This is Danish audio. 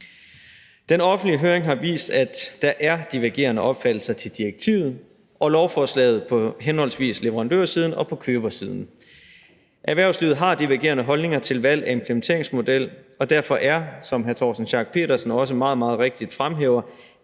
Den offentlige høring har vist, at der er divergerende opfattelser til direktivet og lovforslaget på henholdsvis leverandørsiden og købersiden. Erhvervslivet har divergerende holdninger til valg af implementeringsmodel, og derfor, som hr. Torsten Schack Pedersen også meget, meget rigtigt fremhæver,